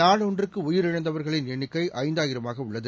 நாளொன்றுக்குஉயிரிழந்தவர்களின் எண்ணிக்கைஐந்தாயிரமாகஉள்ளது